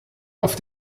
auf